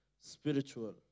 spiritual